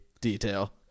detail